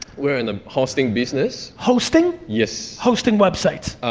we're in the hosting business. hosting? yes. hosting websites.